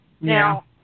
Now